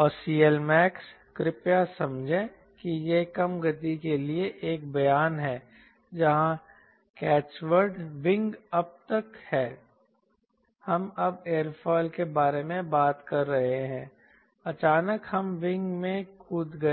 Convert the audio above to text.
और CLmax कृपया समझें कि यह कम गति के लिए एक बयान है जहां कैचवर्ड विंग अब तक है हम अब एयरोफिल के बारे में बात कर रहे हैं अचानक हम विंग में कूद गए हैं